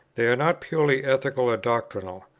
they are not purely ethical or doctrinal.